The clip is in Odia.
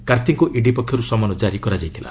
କାର୍ତ୍ତିଙ୍କୁ ଇଡି ପକ୍ଷରୁ ସମନ ଜାରି କରାଯାଇଥିଲା